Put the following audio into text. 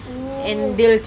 oh